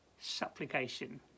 Supplication